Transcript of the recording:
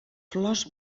flors